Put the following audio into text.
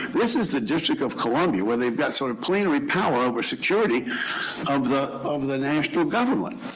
this is the district of columbia, where they've got sort of plenary power over security of the of the national government.